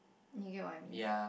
you get what I mean